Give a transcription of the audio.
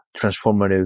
transformative